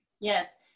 Yes